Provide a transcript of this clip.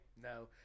No